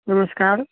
नमस्कार